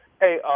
Hey